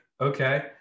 Okay